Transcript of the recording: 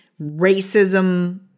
racism